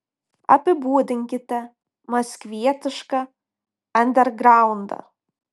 apibūdinkite maskvietišką andergraundą